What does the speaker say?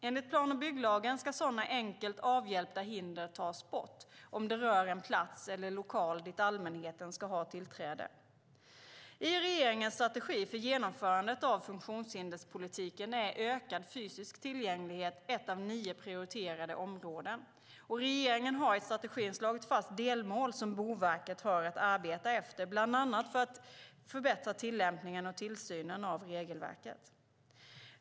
Enligt plan och bygglagen ska sådana enkelt avhjälpta hinder tas bort, om det rör en plats eller lokal dit allmänheten ska ha tillträde. I regeringens strategi för genomförandet av funktionshinderspolitiken är ökad fysisk tillgänglighet ett av nio prioriterade områden. Regeringen har i strategin slagit fast delmål som Boverket har att arbeta efter, bland annat för att förbättra tillämpningen och tillsynen av regelverket.